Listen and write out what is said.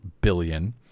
billion